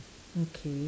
okay